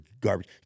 garbage